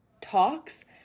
talks